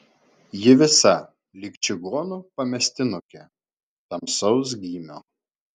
ji visa lyg čigonų pamestinukė tamsaus gymio